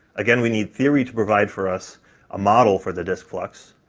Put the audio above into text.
again, we need theory to provide for us a model for the disk flux,